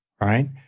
right